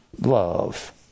love